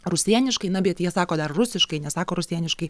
rusieniškai na bet jie sako dar rusiškai nesako rusėniškai